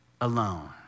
alone